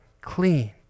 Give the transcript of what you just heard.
clean